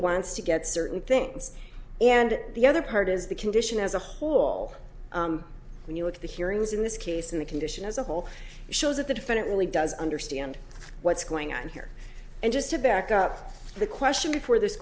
wants to get certain things and the other part is the condition as a whole when you look at the hearings in this case and the condition as a whole shows that the defendant really does understand what's going on here and just to back up the question before this